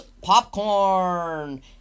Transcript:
Popcorn